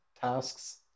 tasks